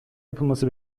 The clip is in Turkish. yapılması